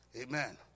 Amen